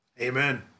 Amen